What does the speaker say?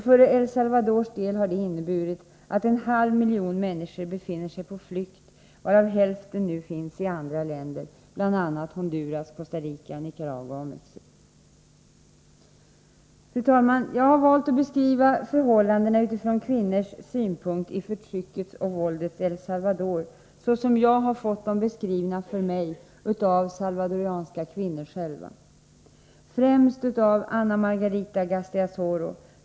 För El Salvador har det inneburit att en halv miljon människor befinner sig på flykt, varav hälften nu finns i andra länder, bl.a. Honduras, Costa Rica, Nicaragua och Mexico. Fru talman! Jag har valt att beskriva förhållandena utifrån kvinnors synpunkt i förtryckets och våldets El Salvador så som jag har fått dem beskrivna för mig av salvadoranska kvinnor, främst Ana Margarita Gasteazoro.